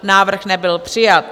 Návrh nebyl přijat.